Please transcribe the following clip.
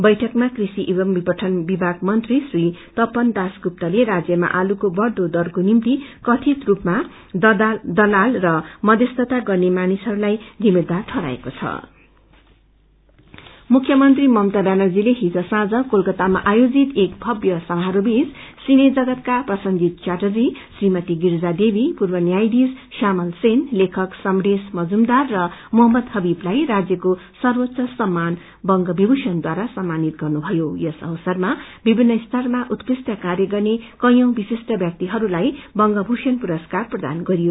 बैठकमा कृषि एवं विपठपान विभाग मंत्री श्री तपन दासगुप्ताले राज्यमा आलूको बढ़दो दरको निम्ति कथित स्पमा दलाल र मध्यस्थता गर्ने मानिसहरूलाई जिम्मेदार ठहराएको छ अर्वाड मुख्य मंत्री ममता व्यानर्जीले हिज साँझ क्रेलकातामा आयोजित एक भव्य समारोहबीच सिने जगतका प्रशंजीत च्याद्रजी श्रीमती गिरजा देवी पूर्व न्यायाधिश श्यामल सेन लेखक समरेश मजुमदार र मुरम्मद हविकलाई राज्यको सर्वाच्च सममान बंग विभूबण्णद्वारा सम्मानित गर्नुषयो यस अवसरमा विभिन्न स्तरमा उत्कृष्ट कार्य गर्ने कैयी विशिष्ट व्याक्तिहरूताई बंगीपण पुरस्कार प्रदान गरियो